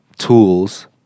Tools